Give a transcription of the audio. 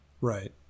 Right